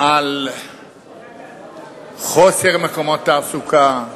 על חוסר מקומות תעסוקה,